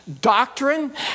doctrine